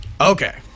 Okay